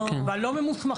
והלא ממוסמכים.